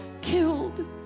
killed